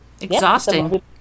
exhausting